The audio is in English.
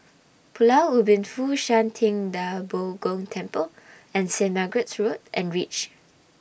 Pulau Ubin Fo Shan Ting DA Bo Gong Temple and Saint Margaret's Road and REACH